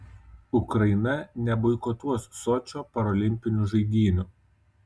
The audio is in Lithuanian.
ukraina neboikotuos sočio parolimpinių žaidynių